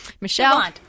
Michelle